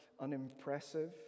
unimpressive